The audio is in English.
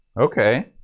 Okay